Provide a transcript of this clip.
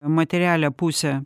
materialią pusę